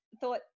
thought